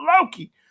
Loki